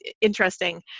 interesting